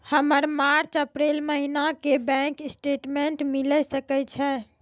हमर March April महीना के बैंक स्टेटमेंट मिले सकय छै?